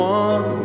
one